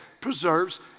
preserves